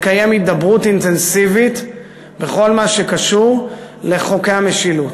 לקיים הידברות אינטנסיבית בכל מה שקשור לחוקי המשילות.